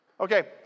Okay